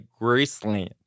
graceland